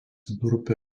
vidurupio